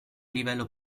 livello